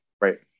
right